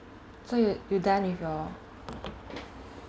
so you you're done with your